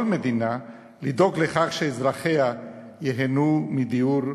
מדינה לדאוג לכך שאזרחיה ייהנו מדיור הולם.